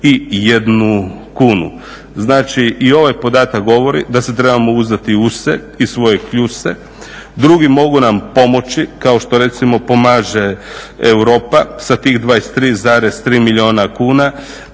741 000 kunu. Znači, i ovaj podatak govori da se trebamo uzdati" U se i u svoje kljuse", drugi mogu nam pomoći, kao što recimo pomaže Europa sa tih 23,3 milijuna kuna,